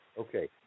Okay